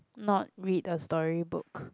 not read a storybook